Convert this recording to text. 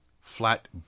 flat